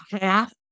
half